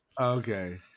okay